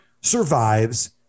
survives